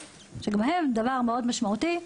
גם עבורם זה דבר מאוד משמעותי.